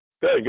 good